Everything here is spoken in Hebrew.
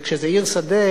כשזאת עיר שדה,